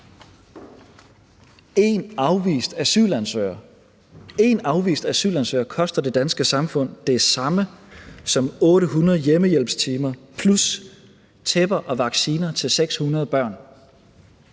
én afvist asylansøger – koster det danske samfund det samme som 800 hjemmehjælpstimer plus tæpper og vacciner til 600 børn;